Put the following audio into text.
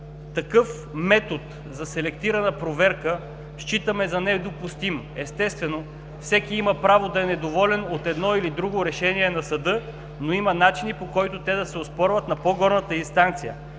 Такъв метод за селектирана проверка считаме за недопустима. Естествено, всеки има право да е недоволен от едно или друго решение на съда, но има начини, по които те да се оспорват на по-горната инстанция.